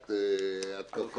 בעמדת התקפה,